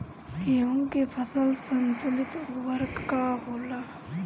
गेहूं के फसल संतुलित उर्वरक का होला?